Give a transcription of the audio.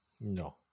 No